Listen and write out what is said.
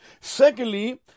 Secondly